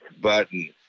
button